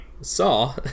Saw